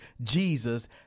Jesus